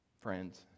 friends